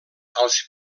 als